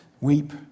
weep